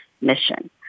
mission